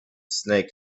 snake